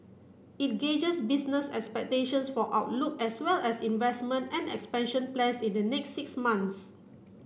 it gauges business expectations for outlook as well as investment and expansion plans in the next six months